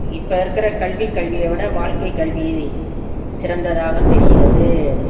இப்போ இருக்கிற கல்விக் கல்வியோட வாழ்க்கைக் கல்வி சிறந்ததாக தெரிகிறது